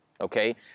okay